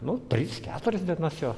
nu tris keturias dienas jau